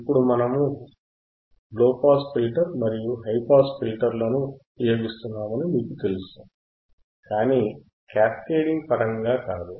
ఇప్పుడు మనము low pass filter మరియు హై పాస్ ఫిల్టర్ లను ఉపయోగిస్తున్నామని మీకు తెలుసు కాని క్యాస్కేడింగ్ పరంగా కాదు